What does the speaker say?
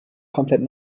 komplett